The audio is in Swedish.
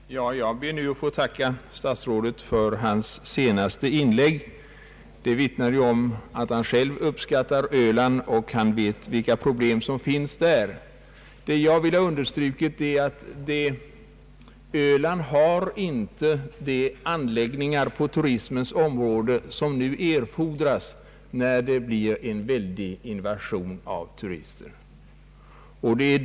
Herr talman! Jag ber att få tacka statsrådet för hans senaste inlägg. Det vittnar om att han själv uppskattar Öland och att han vet vilka problem som finns där. Vad jag särskilt vill understryka är att Öland f.n. saknar de anläggningar inom turismens område som erfordras när det nu snart blir en ännu större invasion av turister till ön.